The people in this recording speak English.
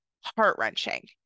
heart-wrenching